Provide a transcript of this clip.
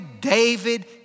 David